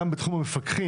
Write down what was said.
גם בתחום המפקחים,